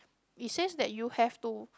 it says that you have to